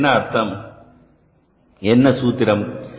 இதற்கு என்ன சூத்திரம்